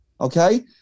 Okay